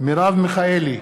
מרב מיכאלי,